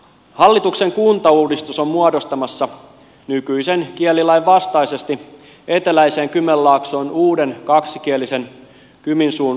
hallituksen kuntauudistus on muodostamassa nykyisen kielilain vastaisesti eteläiseen kymenlaaksoon uuden kaksikielisen kyminsuun kaupungin